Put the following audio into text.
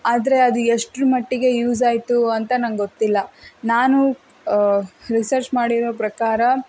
ಆದರೆ ಅದು ಎಷ್ಟರಮಟ್ಟಿಗೆ ಯೂಸ್ ಆಯಿತು ಅಂತ ನಂಗೆ ಗೊತ್ತಿಲ್ಲ ನಾನು ರಿಸರ್ಚ್ ಮಾಡಿರೋ ಪ್ರಕಾರ